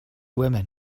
women